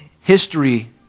history